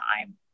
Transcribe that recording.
time